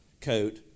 coat